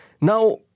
now